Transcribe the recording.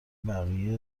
بقیه